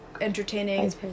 entertaining